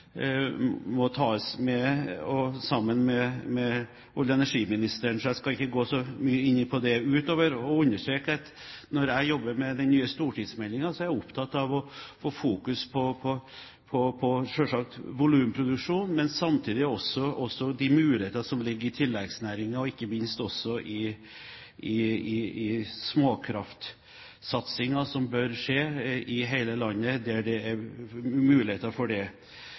må tas sammen med olje- og energiministeren. Så jeg skal ikke gå så mye inn på det utover å understreke at når jeg jobber med den nye stortingsmeldingen, er jeg selvsagt opptatt av å få fokus på volumproduksjon, men samtidig de muligheter som ligger i tilleggsnæringene, og ikke minst også i småkraftsatsingen som bør skje i hele landet, der det er muligheter for det.